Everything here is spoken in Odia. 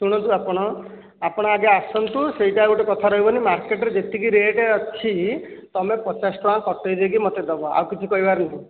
ଶୁଣନ୍ତୁ ଆପଣ ଆପଣ ଆଗେ ଆସନ୍ତୁ ସେଇଟା ଗୋଟେ କଥା ରହିବନି ମାର୍କେଟରେ ଯେତିକି ରେଟ୍ ଅଛି ତୁମେ ପଚାଶ ଟଙ୍କା କଟାଇଦେଇକି ମୋତେ ଦେବ ଆଉ କିଛି କହିବାର ନାହିଁ